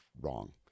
wrong